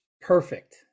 perfect